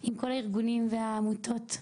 עם כל הארגונים והעמותות.